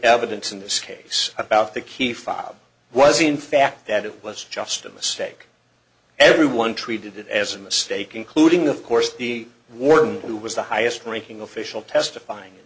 evidence in this case about the key file was in fact that it was just a mistake everyone treated it as a mistake including of course the warden who was the highest ranking official testifying